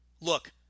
Look